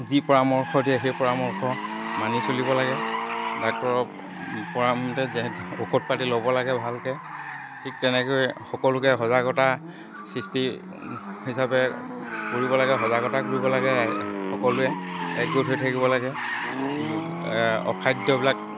যি পৰামৰ্শ দিয়ে সেই পৰামৰ্শ মানি চলিব লাগে ডাক্টৰৰ পৰামৰা মতে ঔষধ পাতি ল'ব লাগে ভালকে ঠিক তেনেকৈ সকলোকে সজাগতা সৃষ্টি হিচাপে কৰিব লাগে সজাগতা কৰিব লাগে সকলোৱে একগোট হৈ থাকিব লাগে অখাদ্যবিলাক